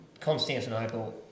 constantinople